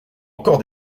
encore